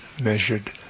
measured